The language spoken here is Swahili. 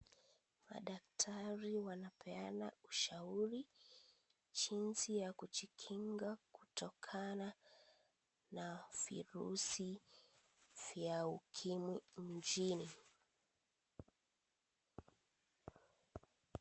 Madaktari wanapeana ushauri jinsi ya kujikinga kutokana na virusi vya ukimwi nchini.